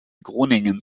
groningen